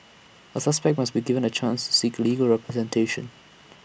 A suspect must be given A chance seek legal representation